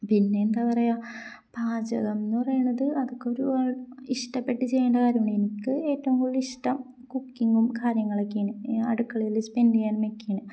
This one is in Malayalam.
പിന്നെ എന്താണ് പറയുക പാചകം എന്ന് പറയുന്നത് അതൊക്കെ ഒരു ഇഷ്ടപ്പെട്ട് ചെയ്യേണ്ട കാര്യമാണ് എനിക്ക് ഏറ്റവും കൂടുതൽ ഇഷ്ടം കുക്കിങ്ങും കാര്യങ്ങളൊക്കെയാണ് അടുക്കളയിൽ സ്പെൻഡ ചെയ്യാനൊക്കെയാണ്